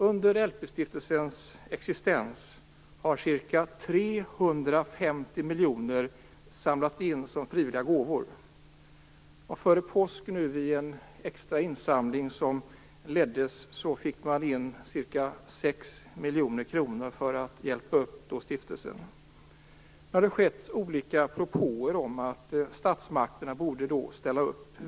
Under stiftelsens existens har ca 350 miljoner samlats in som frivilliga gåvor. Vid en extra insamling före påsk fick man in ca 6 miljoner för att hjälpa upp stiftelsen. Det har varit olika propåer om att statsmakterna borde ställa upp.